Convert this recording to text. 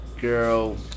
girl